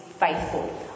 Faithful